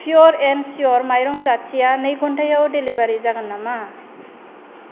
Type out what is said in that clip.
pure and sure माइरं जाथिया नै घण्टायाव डेलिबारि जागोन नामा